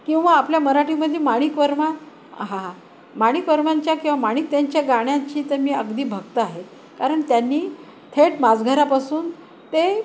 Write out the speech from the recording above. किंवा आपल्या मराठीमधे माणिक वर्मा न हा माणिक वर्माांच्या किंवा माणिकताईच्या गाण्याची तरं मी अगदी भक्त आहे कारण त्यांनी थेट माजघरापासून ते